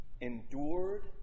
endured